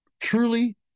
Truly